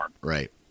right